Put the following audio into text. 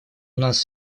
нас